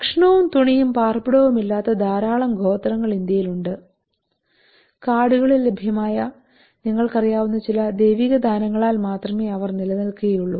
ഭക്ഷണവും തുണിയും പാർപ്പിടവുമില്ലാത്ത ധാരാളം ഗോത്രങ്ങൾ ഇന്ത്യയിൽ ഉണ്ട് കാടുകളിൽ ലഭ്യമായനിങ്ങൾക്കറിയാവുന്ന ചില ദൈവിക ദാനങ്ങളാൽ മാത്രമേ അവർ നിലനിൽക്കുകയുള്ളൂ